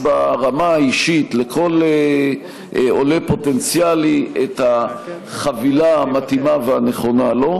ברמה האישית לכל עולה פוטנציאלי את החבילה המתאימה והנכונה לו,